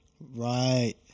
Right